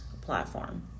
platform